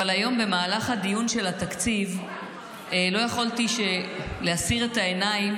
אבל היום במהלך הדיון של התקציב לא יכולתי להסיר את העיניים